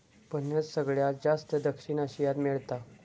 फणस सगळ्यात जास्ती दक्षिण आशियात मेळता